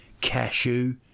Cashew